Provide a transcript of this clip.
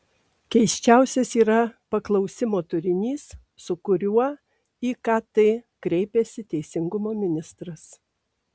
keisčiausias yra paklausimo turinys su kuriuo į kt kreipiasi teisingumo ministras